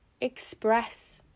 express